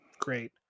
great